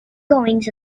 goings